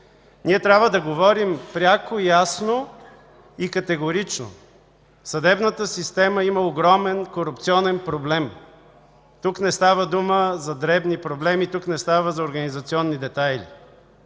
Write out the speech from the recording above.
Ние трябва да говорим пряко, ясно и категорично – съдебната система има огромен корупционен проблем. Тук не става дума за дребни проблеми или за организационни детайли.